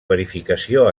verificació